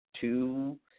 two